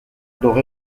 doré